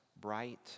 bright